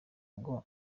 ngo